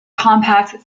compact